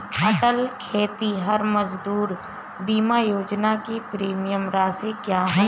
अटल खेतिहर मजदूर बीमा योजना की प्रीमियम राशि क्या है?